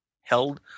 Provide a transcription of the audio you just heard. held